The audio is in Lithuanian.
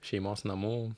šeimos namų